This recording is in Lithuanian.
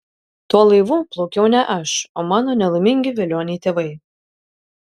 tuo laivu plaukiau ne aš o mano nelaimingi velioniai tėvai